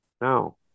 now